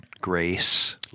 grace